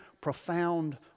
profound